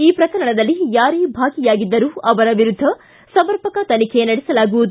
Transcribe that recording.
ಈ ಪ್ರಕರಣದಲ್ಲಿ ಯಾರೇ ಭಾಗಿಯಾಗಿದ್ದರೂ ಅವರ ವಿರುದ್ದ ಸಮರ್ಪಕ ತನಿಖೆ ನಡೆಸಲಾಗುವುದು